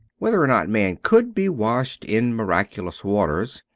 whether or not man could be washed in miraculous waters,